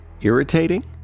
irritating